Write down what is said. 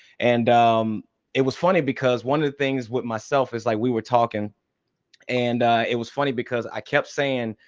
and um it was funny because one of the things with myself is like we were talking and it was funny because i kept saying,